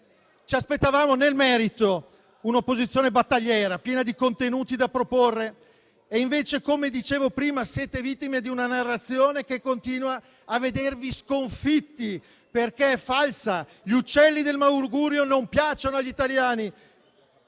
Ci aspettavamo nel merito un'opposizione battagliera, piena di contenuti da proporre e invece, come dicevo prima, siete vittime di una narrazione che continua a vedervi sconfitti, perché è falsa. Gli uccelli del malaugurio non piacciono agli italiani,